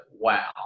wow